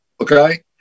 Okay